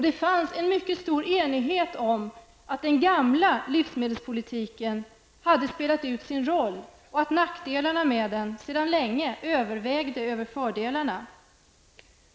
Det fanns en mycket stor enighet om att den gamla livsmedelspolitiken hade spelat ut sin roll. Det fanns också en mycket stor enighet om att nackdelarna med den sedan länge hade övervägt över fördelarna.